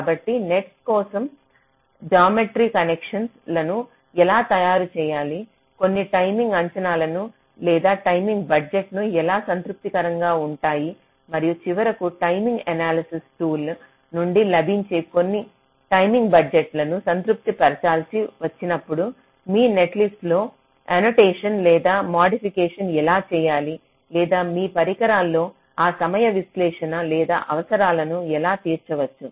కాబట్టి నెట్స్ కోసం geometry connection లను ఎలా తయారు చేయాలి కొన్ని టైమింగ్ అంచనాలు లేదా టైమింగ్ బడ్జెట్లు ఎలా సంతృప్తికరంగా ఉంటాయి మరియు చివరకు టైమింగ్ ఎనాలిసిస్ టూల్ నుండి లభించే కొన్ని టైమింగ్ బడ్జెట్లను సంతృప్తి పరచాల్సి వచ్చినప్పుడు మీ నెట్లిస్ట్లో ఎనొటేశన్ లేదా మాడిఫికేషన్ ఎలా చేయాలి లేదా మీ పరికరాల్లో ఆ సమయ విశ్లేషణ లేదా అవసరాలను ఎలా తీర్చవచ్చు